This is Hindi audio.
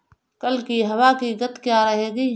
कल की हवा की गति क्या रहेगी?